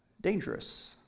dangerous